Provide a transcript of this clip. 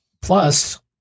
plus